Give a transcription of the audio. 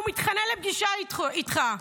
הוא מתחנן לפגישה איתך.